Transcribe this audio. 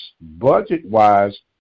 budget-wise